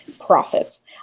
profits